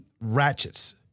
ratchets